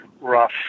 rough